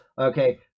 Okay